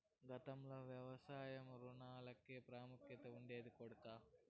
గతంలో వ్యవసాయ రుణాలకే ప్రాముఖ్యం ఉండేది కొడకా